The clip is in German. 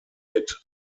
mit